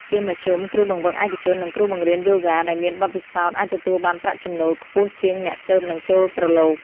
ជាមធ្យម គ្រូបង្វឹកឯកជន និងគ្រូបង្រៀនយូហ្គាដែលមានបទពិសោធន៍អាចទទួលបានប្រាក់ចំណូលខ្ពស់ជាងអ្នកទើបនឹងចូលប្រឡូក។